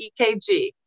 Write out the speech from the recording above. EKG